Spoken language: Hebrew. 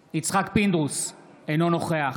פינדרוס, אינו נוכח